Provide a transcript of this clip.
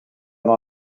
dans